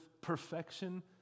Perfection